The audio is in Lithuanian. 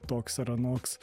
toks ar anoks